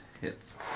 hits